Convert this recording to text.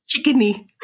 chickeny